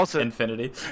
Infinity